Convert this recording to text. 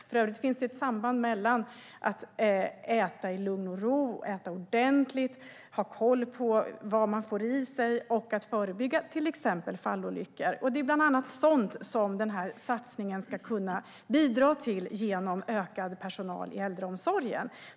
För övrigt finns det ett samband mellan att äta ordentligt i lugn och ro och ha koll på vad man får i sig och att förebygga till exempel fallolyckor. Det är bland annat sådant som den här satsningen ska kunna bidra till genom ökad personal i äldreomsorgen.